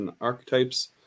archetypes